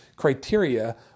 criteria